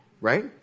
right